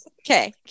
Okay